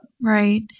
right